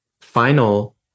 final